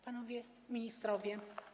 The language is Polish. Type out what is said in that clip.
Panowie Ministrowie!